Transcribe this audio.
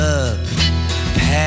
up